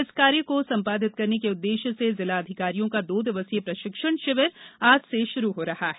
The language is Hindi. इस कार्य को संपादित करने के उद्वेश्य जिला अधिकारियों का दो दिवसीय प्रशिक्षण शिविर आज से शुरू हो रहा है